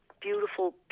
beautiful